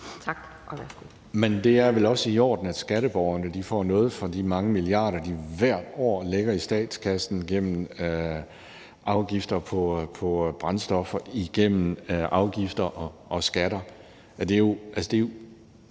Ahrendtsen (DF): Men det er vel også i orden, at skatteborgerne får noget for de mange milliarder, de hvert år lægger i statskassen gennem afgifter på brændstoffer, gennem afgifter og skatter. Det er jo